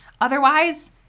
Otherwise